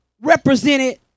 represented